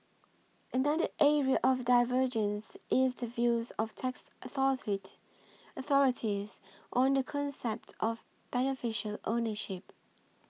another area of divergence is the views of tax authorities authorities on the concept of beneficial ownership